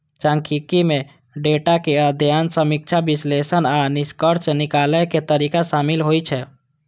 सांख्यिकी मे डेटाक अध्ययन, समीक्षा, विश्लेषण आ निष्कर्ष निकालै के तरीका शामिल होइ छै